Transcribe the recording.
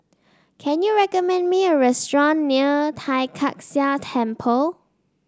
can you recommend me a restaurant near Tai Kak Seah Temple